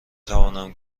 توانم